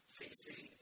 facing